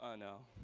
ah no.